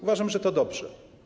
Uważam, że to dobrze.